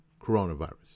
Coronavirus